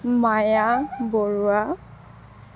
Maya Barua